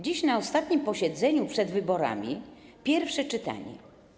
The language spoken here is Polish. Dziś, na ostatnim posiedzeniu przed wyborami, jest pierwsze czytanie.